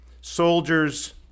soldiers